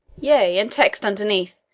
yea, and text underneath,